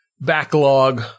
backlog